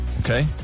okay